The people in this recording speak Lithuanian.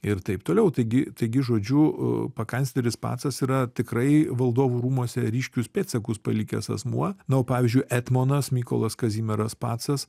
ir taip toliau taigi taigi žodžiu pakancleris pacas yra tikrai valdovų rūmuose ryškius pėdsakus palikęs asmuo na o pavyzdžiui etmonas mykolas kazimieras pacas